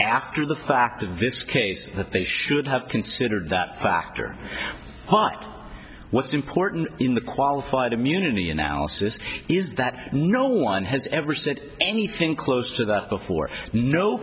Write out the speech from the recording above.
after the fact of this case that they should have considered that factor but what's important in the qualified immunity analysis is that no one has ever said anything close to that before no